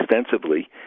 extensively